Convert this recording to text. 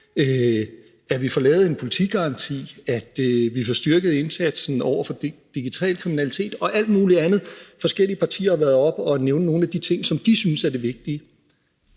at vi får lavet en politigaranti; at vi får styrket indsatsen over for digital kriminalitet – og alt muligt andet. Forskellige partier været oppe at nævne nogle af de ting, som de synes er de vigtige.